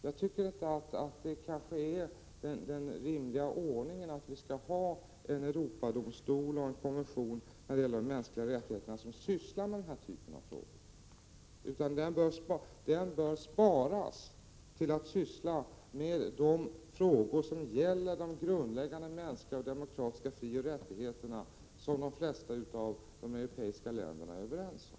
Jag tycker inte att det är en rimlig ordning att vi skall ha en Europadomstol och en kommission för mänskliga rättigheter som ägnar sig åt denna typ av frågor. Domstolen bör i stället syssla med frågor som gäller de grundläggande mänskliga och demokratiska frioch rättigheterna, som de flesta av de europeiska länderna är överens om.